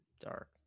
dark